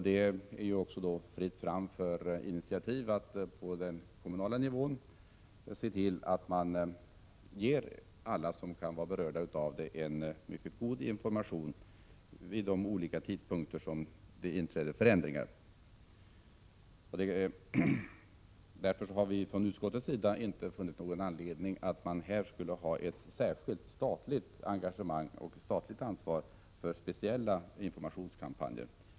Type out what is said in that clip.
Det är också fritt fram för initiativ att på den kommunala nivån se till att ge alla som kan vara berörda en mycket god information vid de olika tidpunkter då förändringar inträder. Därför har vi i utskottsmajoriteten inte funnit någon anledning att här ha ett särskilt statligt engagemang och ett statligt ansvar för speciella informationskampanjer.